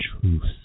truth